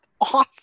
awesome